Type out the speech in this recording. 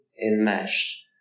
enmeshed